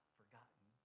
forgotten